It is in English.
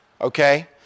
Okay